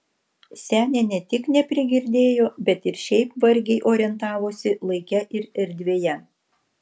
senė ne tik neprigirdėjo bet ir šiaip vargiai orientavosi laike ir erdvėje